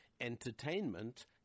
entertainment